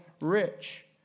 rich